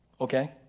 okay